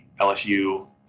LSU